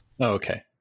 Okay